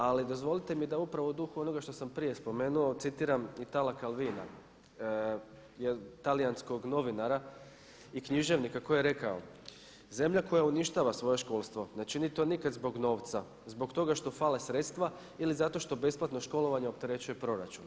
Ali dozvolite mi da upravo u duhu onoga što sam prije spomenuo citiram Itala Calvina, talijanskog novinara i književnika koji je rekao: „Zemlja koja uništava svoje školstvo ne čini to nikad zbog novca, zbog toga što fale sredstva ili zato što besplatno školovanje opterećuje proračun.